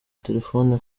telephone